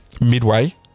Midway